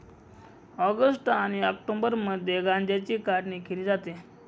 August आणि ऑक्टोबरमध्ये गांज्याची काढणी केली जाते